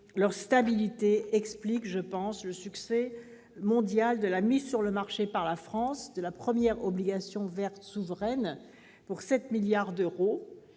ce qui explique, à mon sens, le succès mondial de la mise sur le marché par la France de la première obligation verte souveraine, pour 7 milliards d'euros,